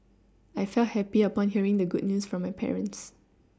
I felt happy upon hearing the good news from my parents